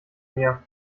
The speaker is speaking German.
mir